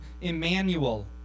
Emmanuel